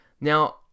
Now